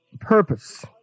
purpose